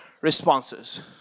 responses